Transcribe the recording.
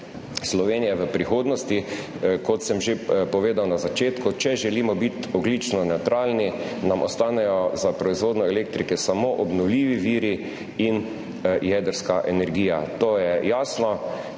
Slovenije v prihodnosti. Kot sem že povedal na začetku, če želimo biti ogljično nevtralni, nam ostanejo za proizvodnjo elektrike samo obnovljivi viri in jedrska energija. To je jasno,